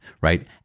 right